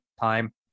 time